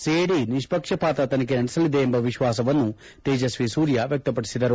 CID ನಿಷ್ಕಕ್ಷಪಾತ ತನಿಖೆ ನಡೆಸಲಿದೆ ಎಂಬ ವಿಶ್ವಾಸವನ್ನು ತೇಜಸ್ವಿ ಸೂರ್ಯ ವ್ಯಕ್ತಪದಿಸಿದರು